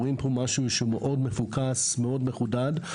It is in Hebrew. רואים פה משהו מאוד מפוקס ומחודד.